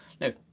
no